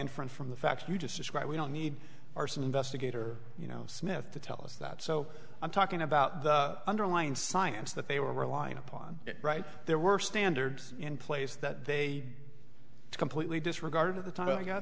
inference from the facts you just described we don't need arson investigator you know smith to tell us that so i'm talking about the underlying science that they were relying upon it right there were standards in place that they completely disregarded the time